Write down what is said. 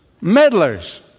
meddlers